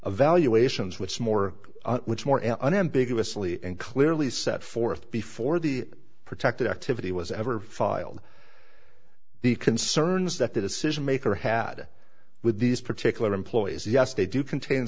evaluations which more which more unambiguous lee and clearly set forth before the protective activity was ever filed the concerns that the decision maker had with these particular employees yes they do contain